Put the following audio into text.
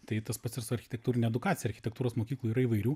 tai tas pats ir su architektūrine edukacija architektūros mokyklų ir įvairių